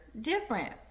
different